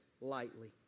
lightly